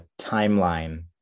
timeline